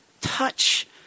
touch